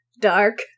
dark